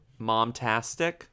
Momtastic